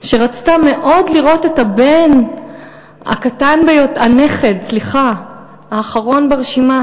שרצתה מאוד לראות את הנכד האחרון ברשימה